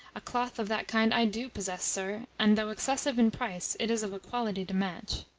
a cloth of that kind i do possess, sir, and though excessive in price, it is of a quality to match.